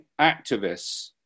activists